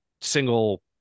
single